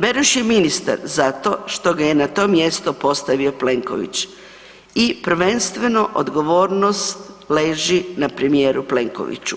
Beroš je ministar zato što ga je na to mjesto postavio Plenković i prvenstveno odgovornost leži na premijeru Plenkoviću